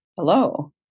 Hello